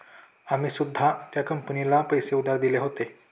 आम्ही सुद्धा त्या कंपनीला पैसे उधार दिले होते